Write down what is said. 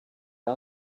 all